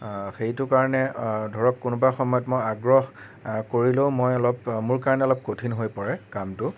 সেইটো কাৰণে ধৰক কোনোবা সময়ত মই আগ্ৰহ কৰিলেও মই অলপ মোৰ কাৰণে অলপ কঠিন হৈ পৰে কামটো